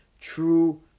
true